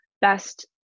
best